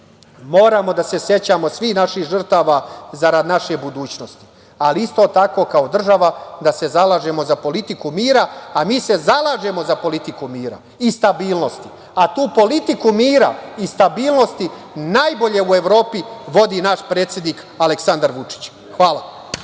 da se sećamo svih naših žrtava zarad naše budućnosti, ali isto tako kao država da se zalažemo za politiku mira, a mi se zalažemo za politiku mira i stabilnosti. Tu politiku mira i stabilnosti najbolje u Evropi vodi naš predsednik Aleksandar Vučić. Hvala.